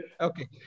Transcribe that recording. Okay